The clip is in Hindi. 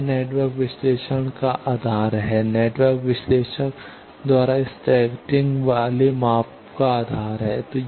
यह नेटवर्क विश्लेषण का आधार है नेटवर्क विश्लेषक द्वारा स्कैटरिंग वाले माप का आधार है